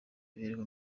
imibereho